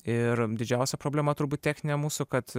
ir didžiausia problema turbūt techninė mūsų kad